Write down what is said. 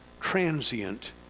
transient